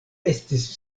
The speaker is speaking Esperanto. estis